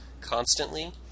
constantly